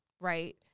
Right